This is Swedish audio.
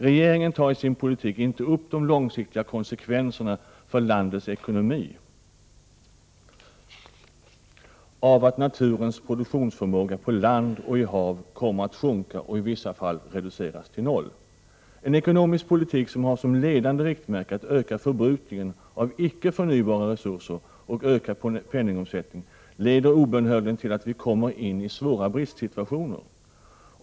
Regeringen tar i sin politik inte upp de långsiktiga konsekvenserna för landets ekonomi av att naturens produktionsförmåga på land och i hav kommer att sjunka och i vissa fall reduceras till noll. En ekonomisk politik som har som ledande riktmärke ökad förbrukning av icke förnybara resurser och ökad penningomsättning leder obönhörligen till att vi kommer in i svåra bristsituationer.